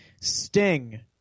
Sting